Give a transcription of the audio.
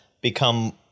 become